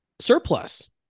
surplus